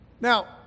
Now